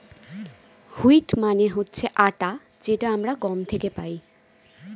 wheat মানে হচ্ছে আটা যেটা আমরা গম থেকে পাই